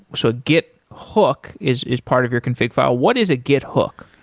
so git hook is is part of your config file. what is a git hook?